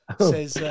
says